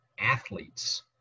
athletes